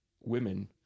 women